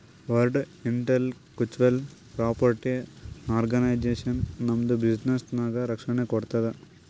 world intellectual property organisation ನಮ್ದು ಬಿಸಿನ್ನೆಸ್ಗ ರಕ್ಷಣೆ ಕೋಡ್ತುದ್